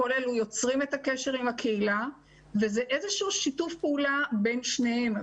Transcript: כל אלה יוצרים את הקשר עם הקהילה וזה איזה שהוא שיתוף פעולה בין שניהם,